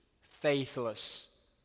faithless